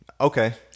okay